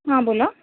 हां बोला